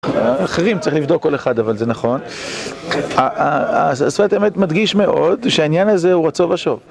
אחרים צריך לבדוק כל אחד, אבל זה נכון. השפה אמת מדגיש מאוד שהעניין הזה הוא רצוא ושוב.